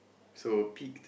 so peak